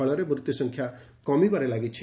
ଫଳରେ ମୃତ୍ୟୁସଂଖ୍ୟା କମିବାରେ ଲାଗିଛି